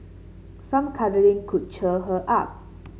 some cuddling could cheer her up